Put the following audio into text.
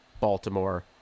baltimore